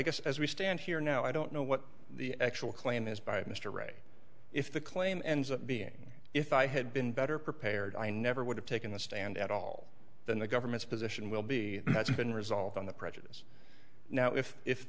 guess as we stand here now i don't know what the actual claim is by mr ray if the claim ends up being if i had been better prepared i never would have taken the stand at all then the government's position will be that's been resolved on the prejudice now if if